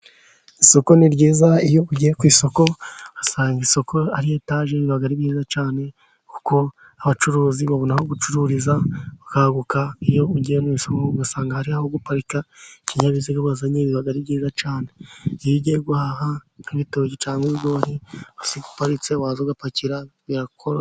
Isoko ni ryiza, iyo ugiye ku isoko usanga isoko ari etaje, riba ari ryiza cyane, kuko abacuruzi babona aho gucururiza bakanguka, iyo ugiye ku isomo ugasanga hari aho guparika ikinyabiziga wazanye, biba ari byiza cane. Nk'iyo ugiye guhaha nk'ibitoki cyangwa ibigori ugasiga uparitse waza ugapakira, birakorohera.